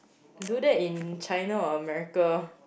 do that in China or America